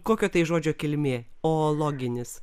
kokio tai žodžio kilmė oologinis